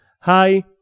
Hi